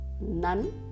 none